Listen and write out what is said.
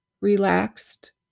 relaxed